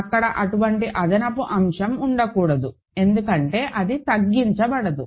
అక్కడ ఎటువంటి అదనపు అంశం ఉండకూడదు ఎందుకంటే అది తగ్గించబడదు